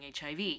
HIV